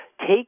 take